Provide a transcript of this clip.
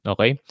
Okay